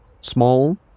small